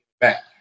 back